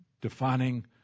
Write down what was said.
defining